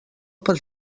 per